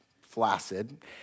flaccid